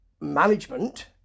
management